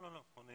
לא אני אקשיב.